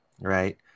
right